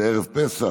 זה ערב פסח.